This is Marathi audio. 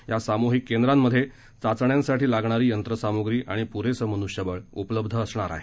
या सामुहीक केंद्रांमध्ये चाचण्यांसाठी लागणारी यंत्रसामुग्री पुरेसं मनुष्यबळ उपलब्ध असणार आहे